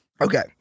Okay